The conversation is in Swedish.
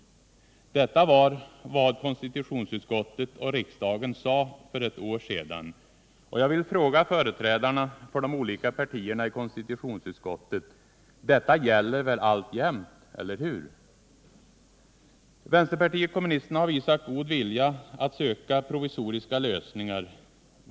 Detta var vad konstitutionsutskottet och riksdagen sade för ett år sedan. Jag vill fråga företrädarna för de olika partierna i konstitutionsutskottet: Detta gäller väl alltjämt, eller hur? Vänsterpartiet kommunisterna har visat god vilja att söka provisoriska lösningar.